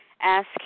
Ask